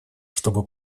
чтобы